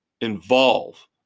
involve